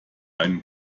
einen